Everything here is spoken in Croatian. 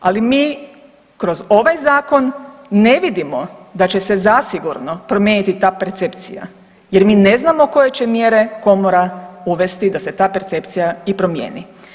Ali, mi kroz ovaj Zakon ne vidimo da će se zasigurno promijeniti ta percepcija jer mi ne znamo koje će mjere Komora uvesti da se ta percepcija i promijeni.